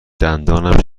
دندانم